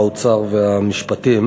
האוצר והמשפטים.